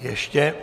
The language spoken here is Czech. Ještě?